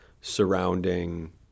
surrounding